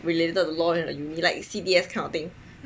related to law in the uni like C_D_S kind of thing